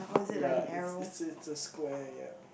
ya it's it's it's a square ya